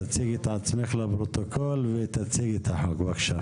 תציגי את עצמך לפרוטוקול ותציגי את החוק, בבקשה.